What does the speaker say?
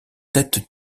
têtes